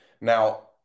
Now